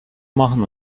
machen